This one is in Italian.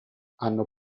hanno